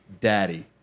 daddy